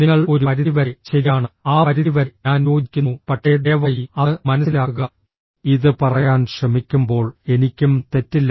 നിങ്ങൾ ഒരു പരിധി വരെ ശരിയാണ് ആ പരിധി വരെ ഞാൻ യോജിക്കുന്നു പക്ഷേ ദയവായി അത് മനസ്സിലാക്കുക ഇത് പറയാൻ ശ്രമിക്കുമ്പോൾ എനിക്കും തെറ്റില്ല